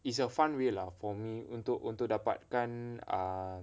it's a fun way lah for me untuk untuk dapat kan err